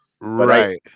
Right